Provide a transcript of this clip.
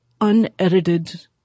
unedited